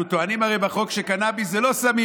אנחנו טוענים הרי בחוק שקנביס זה לא סמים.